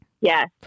Yes